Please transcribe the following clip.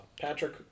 Patrick